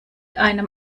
einem